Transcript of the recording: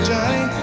Johnny